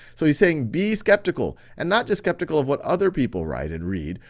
so, he's saying be skeptical, and not just skeptical of what other people write and read,